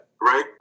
right